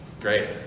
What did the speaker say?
Great